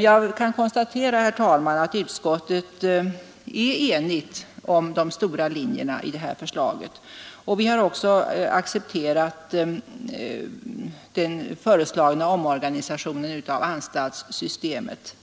Jag kan, herr talman, konstatera att utskottet är enigt om de stora linjerna i förslaget, och vi har också accepterat den föreslagna omorganisationen av anstaltssystemet.